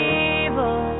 evil